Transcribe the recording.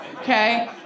okay